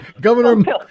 Governor